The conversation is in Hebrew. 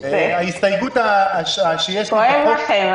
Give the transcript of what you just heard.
ייאלץ להיקרע בין שתי ועדות שהוא אמור לכהן